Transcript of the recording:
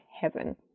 heaven